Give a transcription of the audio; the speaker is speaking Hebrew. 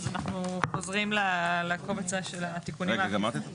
אנחנו חוזרים לקובץ --- רגע, גמרת את התוספת?